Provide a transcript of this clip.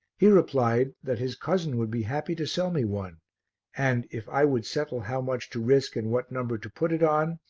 he replied that his cousin would be happy to sell me one and, if i would settle how much to risk and what number to put it on,